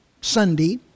Sunday